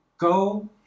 Go